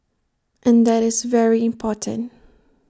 and that is very important